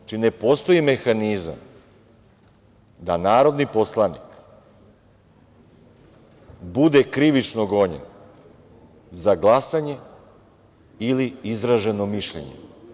Znači, ne postoji mehanizam da narodni poslanik bude krivično gonjen za glasanje ili izraženo mišljenje.